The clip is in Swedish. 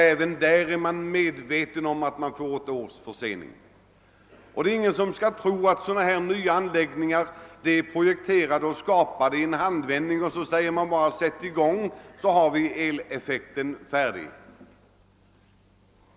Ingen skall tro att nya anläggningar av detta slag projekteras och skapas i en handvändning och att det sedan bara är att sätta i gång för att få elkraft.